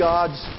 God's